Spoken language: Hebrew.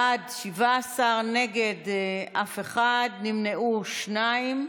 בעד, 17, נגד אף אחד, נמנעו שניים.